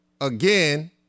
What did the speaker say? Again